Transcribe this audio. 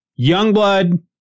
Youngblood